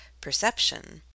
perception